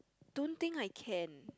don't think I can